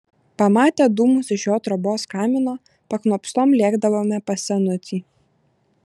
pamatę dūmus iš jo trobos kamino paknopstom lėkdavome pas senutį